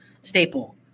staple